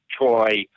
Troy